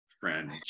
friend